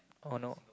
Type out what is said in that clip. oh no